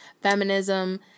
feminism